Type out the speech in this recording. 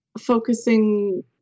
focusing